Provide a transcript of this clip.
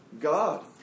God